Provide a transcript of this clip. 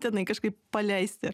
tenai kažkaip paleisti